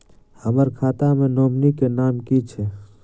हम्मर खाता मे नॉमनी केँ नाम की छैय